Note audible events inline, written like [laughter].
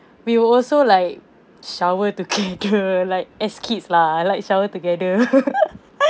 we will also like shower together [laughs] like as kids lah like shower together [laughs]